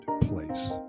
place